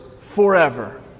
forever